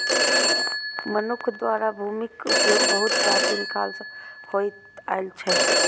मनुक्ख द्वारा भूमिक उपयोग बहुत प्राचीन काल सं होइत आयल छै